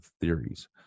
theories